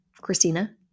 Christina